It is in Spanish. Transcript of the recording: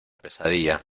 pesadilla